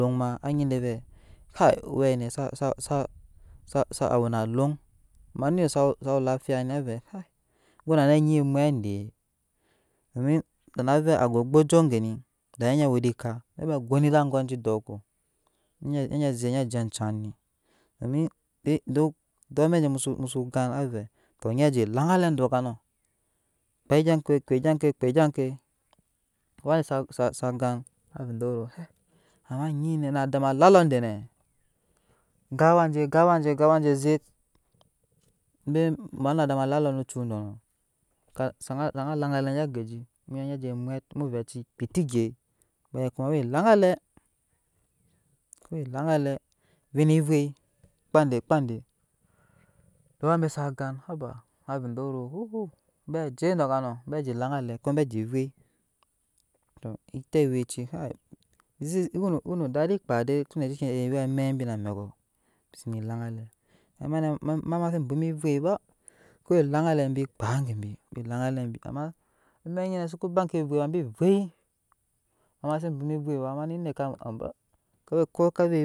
E sa nyi vɛɛ d owɛnɛ awe na aloŋ ama one sawe dafiya ni avɛɛ ogo manɛ no onyi amwɛt ede na vɛɛ awe ogbajup geni da ni haba we ede ekaa daa naba goni ede angwa jo dɔɔko ni nye zek nije ajan ni duk amɛk je musu musu gan avɛɛ duk nyɛɛ je elaŋgalɛ dɔɔ kano kpe egya ki kpe egya ke duk awani sagan avɛɛ ama nyine nadaba lalɔɔ dwnw gawaje gawaje gawaje zek ama nadama alɔɔ no ocuk dɔɔ nɔ zakaba laŋgale ni geji mu vɛɛ acii kpaa eti egyɛ kuma we elaŋgale vei ni eveii duk awabe sa gn muko yo bɛɛ je dɔɔkonɔ bɛɛje elaŋgale muko yo bɛɛ je. dɔɔkɔnɔ bɛɛje elaŋgalɛ tɔɔ ei awɛci to eweno adadi kpaa dei tude uwe amɛk bi na amkɔ amɛk nyine maze bwoma evoi ba ko we enŋgale bi laggalɛ gebi ama amɛk nyine suku ba oke evei ebi evei ama ema sei bwoma evei ba mane neke aboo ko ka vɛɛ evie.